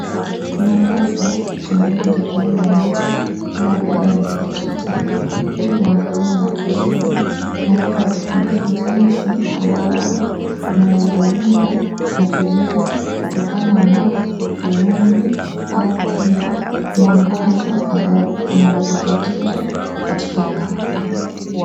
Tunapaswa kutembelea daktari wa macho kila baada ya miezi sita ili waangalie macho zetu na pia watufundishe jinsi ambavyo tunaweza linda macho zetu kutokana na vumbi au pia mwangaza ambao unaleta tatizo katika macho.